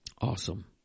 Awesome